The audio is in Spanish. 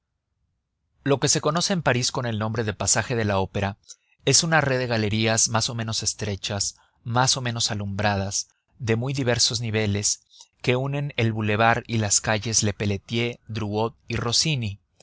lo que se conoce en parís con el nombre de pasaje de la opera es una red de galerías más o menos estrechas más o menos alumbradas de muy diversos niveles que unen el bulevar y las calles lepeletier drouot y rossini